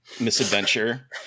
misadventure